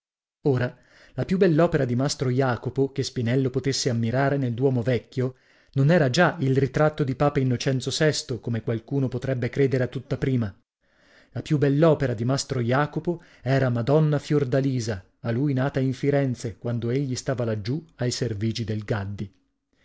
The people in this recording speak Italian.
ora la più bell'opera di mastro jacopo che spinello potesse ammirare nel duomo vecchio non era già il ritratto di papa innocenzo come qualcuno potrebbe credere a tutta prima la più bell'opera di mastro jacopo era madonna fiordalisa a lui nata in firenze quando egli stava laggiù ai servigi del gaddi